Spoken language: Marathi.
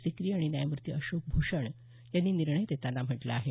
सिक्री आणि न्यायमूर्ती अशोक भूषण यांनी निर्णय देताना म्हटलं आहे